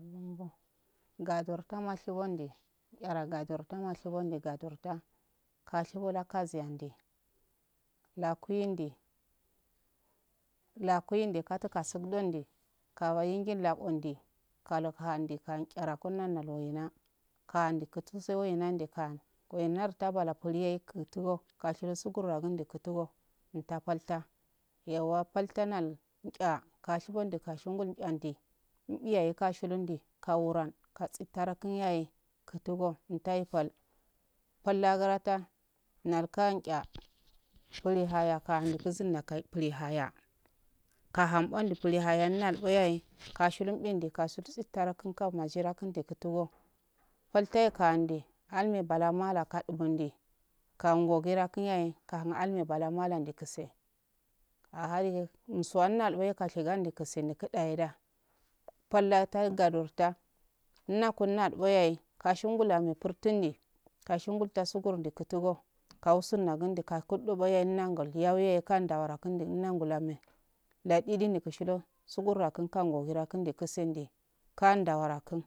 ngador tama shibonde tsara godortama shimonde gadorta kashibo da kasiyande lakeyande lukuyande katu kasuk donde kawa injil lau onde kali kahande kan chara kunda nal waina kaand kurungo kashilu sugur gun ndu katungo unta paltu yauwa paltanal cha kashibondi kashingal chanchi mbiyaye kashidondi kaaran kasita kunyehe kutugo intahe pal pallagarata nal kuhan cha blinda haya kaluindu kusunna blihaya kaharibo di blihayal nalboyahe kashulum bundi kasul tsita kunkan majira kunde kutugo paltahe kahande alme bala alakadugo nde kahundo gara kunyahe kahan alme bala malan nde kuse ahadige umswan nalboye kashigan du kisi ndukidayeda palla da gedorta unakunna iboyaye kashin ngula mi partun ne kashingul tasugur nelikushigo kau sunna gun duka kundo go yaye inna ngol yawiyaye kan ndawara kundu nan nguwura kunde kusen dai kan ndawara kan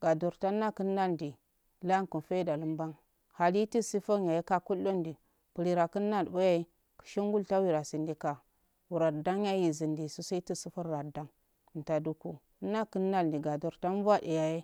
gadur tanna kunnadi lanku feidal bam halitu sufunyeo kakuldonde blida kunnalboye kushingul taura sindeka wura dayahe izunte susaitu sufuran dan ntaduku nda kunda ndagadurda ya eyaye.